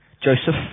Joseph